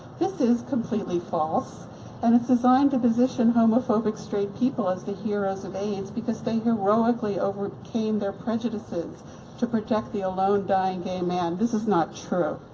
this is completely false and it's designed to position homophobic straight people as the heroes of aids, because they heroicly overcame their prejudices to protect the alone dying gay man. this is not true.